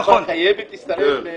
חיפה חייבת להצטרף?